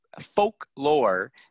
folklore